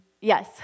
Yes